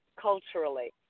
culturally